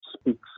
Speaks